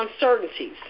uncertainties